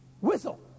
whistle